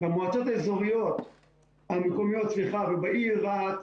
במועצות המקומיות ובעיר רהט,